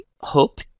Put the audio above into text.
hope